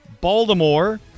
Baltimore